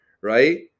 right